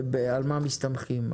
על מה מסתמכים?